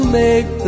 make